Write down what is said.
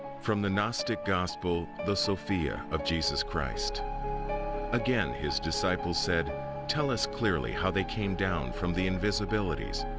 from the gnostic gospel the sophia of jesus christ again, his disciples said tell us clearly how they came down from the invisibilities,